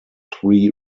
three